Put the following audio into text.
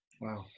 Wow